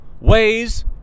ways